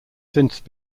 since